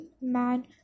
man